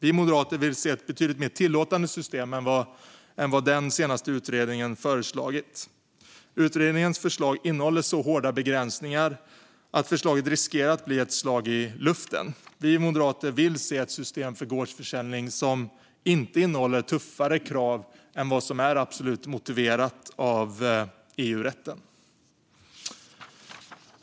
Vi moderater vill se ett betydligt mer tillåtande system än vad den senaste utredningen har föreslagit. Utredningens förslag innehåller så hårda begränsningar att förslaget riskerar att bli ett slag i luften. Vi moderater vill se ett system för gårdsförsäljning som inte innehåller tuffare krav än vad som är absolut motiverat av EU-rätten.